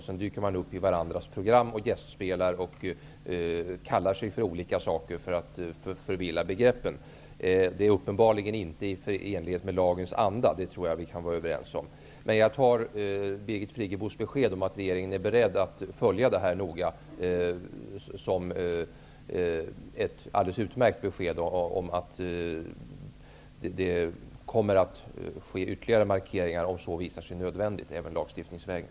Man dyker upp i varandras program, gästspelar och kallar sig för olika saker för att förvilla begreppen. Det är uppenbarligen inte förenligt med lagens anda, det tror jag att vi kan vara överens om. Jag tar Birgit Friggebos besked om att regeringen är beredd att noga följa detta som ett alldeles utmärkt besked om att regeringen kommer med ytterligare markeringar om det visar sig nödvändigt, även lagstiftningsvägen.